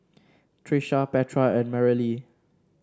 Trisha Petra and Marylee